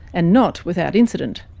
and not without incident.